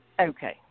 Okay